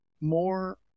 More